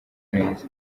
neza